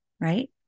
right